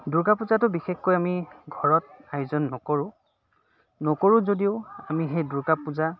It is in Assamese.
দুৰ্গা পূজাটো বিশেষকৈ আমি ঘৰত আয়োজন নকৰোঁ নকৰোঁ যদিও আমি সেই দুৰ্গা পূজা